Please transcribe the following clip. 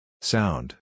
Sound